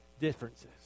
differences